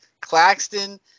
Claxton